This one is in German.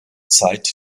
zeit